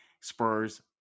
Spurs